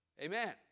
Amen